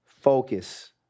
focus